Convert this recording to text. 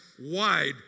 wide